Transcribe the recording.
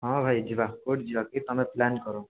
ହଁ ଭାଇ ଯିବା କୋଉଠି ଯିବା କି ତୁମେ ଭାଇ ପ୍ଳାନ୍ କର